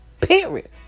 Period